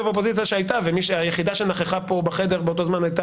והאופוזיציה שהייתה והיחידה שנכחה פה בחדר באותו זמן הייתה